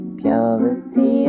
purity